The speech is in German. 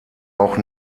auch